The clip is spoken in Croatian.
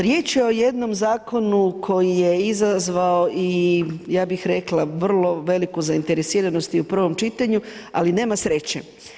Riječ je o jednom zakonu koji je izazvao i, ja bih rekla, vrlo veliku zainteresiranost i u prvom čitanju, ali nema sreće.